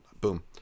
boom